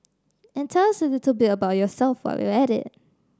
and tell us a little bit about yourself while you're at it